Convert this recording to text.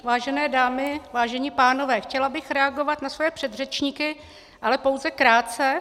Vážené dámy, vážení pánové, chtěla bych reagovat na svoje předřečníky, ale pouze krátce.